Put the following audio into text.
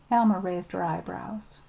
alma raised her eyebrows.